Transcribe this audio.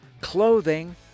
clothing